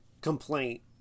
complaint